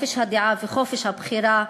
וחופש הדעה וחופש הבחירה.